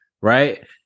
right